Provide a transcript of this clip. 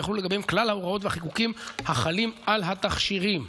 ויחולו לגביהם כלל ההוראות והחיקוקים החלים על תכשירים.